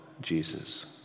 Jesus